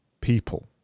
people